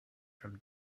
from